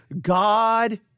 God